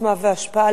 עוצמה והשפעה,